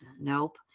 nope